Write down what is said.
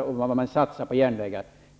om vad man vill satsa på järnvägar.